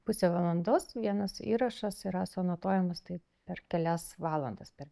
pusę valandos vienas įrašas yra suanotuojamas taip per kelias valandas per